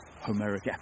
Homeric